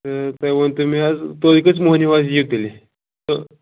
تہٕ تُہۍ ؤنۍتَو مےٚ حظ تُہۍ کٔژِ مۅہنٮ۪و حظ یِیِو تیٚلہِ تہٕ